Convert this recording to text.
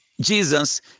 Jesus